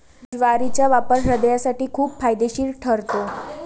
ज्वारीचा वापर हृदयासाठी खूप फायदेशीर ठरतो